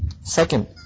Second